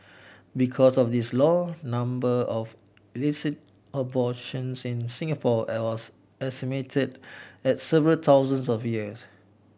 because of this law number of illicit abortions in Singapore it was estimated at several thousands of years